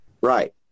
Right